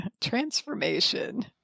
transformation